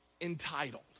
entitled